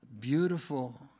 beautiful